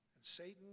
Satan